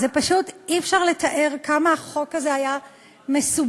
פשוט אי-אפשר לתאר כמה החוק הזה היה מסובך,